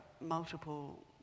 multiple